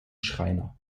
schreiner